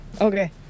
Okay